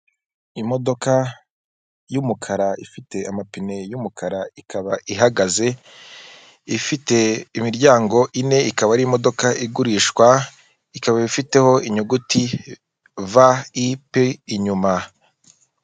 Imodoka y'umukara ifite amapine y'umukara ikaba ihagaze, ifite imiryango ine, ikaba ari imodoka igurishwa, ikaba ifiteho inyuguti VIP inyuma.